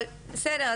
טוב, בסדר.